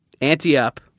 Anti-up